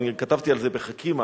וכתבתי על זה ב"חכימא",